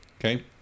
Okay